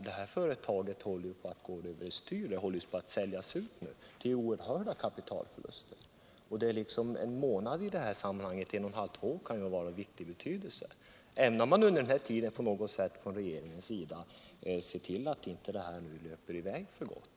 Det här företaget håller ju på att gå över styr och säljas ut, vilket skulle medföra oerhörda kapitalförluster. Att vinna en månad, en och en halv månad eller två månader kan därför vara av stor betydelse. Ämnar regeringen under den tiden på något sätt se till att företaget inte löper i väg från oss för gott?